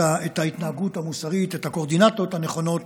ההתנהגות המוסרית ואת הקואורדינטות הנכונות